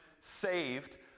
saved